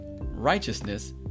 righteousness